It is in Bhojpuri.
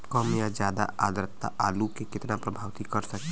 कम या ज्यादा आद्रता आलू के कितना प्रभावित कर सकेला?